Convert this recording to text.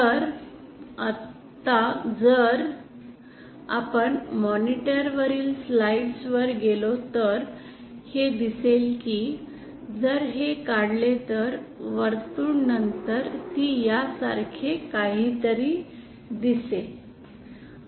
तर आता जर आपण मॉनिटर वरील स्लाइड्स वर गेलो तर हे दिसेल की जर हे काढले तर वर्तुळ नंतर ती यासारखे काहीतरी दिसेल